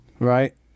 Right